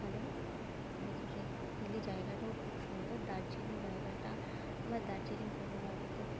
ওখানে অনেক কিছু এসে দিল্লি জায়গাটাও খুব সুন্দর দার্জিলিং জায়গাটা আমার দার্জিলিং প্রথমে আগে তো